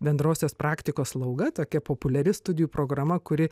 bendrosios praktikos slauga tokia populiari studijų programa kuri